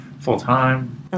full-time